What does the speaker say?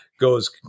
goes